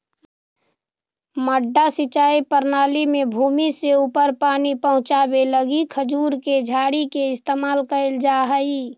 मड्डा सिंचाई प्रणाली में भूमि से ऊपर पानी पहुँचावे लगी खजूर के झाड़ी के इस्तेमाल कैल जा हइ